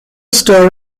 stir